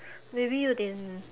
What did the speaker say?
maybe 有点